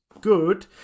good